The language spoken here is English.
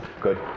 Good